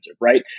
right